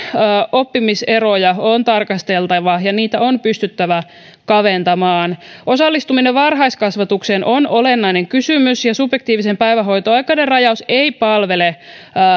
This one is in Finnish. oppimiseroja on tarkasteltava ja niitä on pystyttävä kaventamaan osallistuminen varhaiskasvatukseen on olennainen kysymys subjektiivisen päivähoito oikeuden rajaus ei palvele